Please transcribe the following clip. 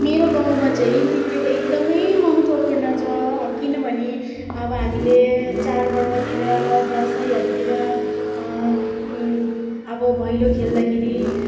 मेरो गाउँमा चाहिँ नृत्य एकदमै महत्त्वपूर्ण छ अब किनभने अब हामीले चाडपर्वतिर दसैँहरूतिर अब भैलो खेल्दाखेरि